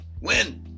win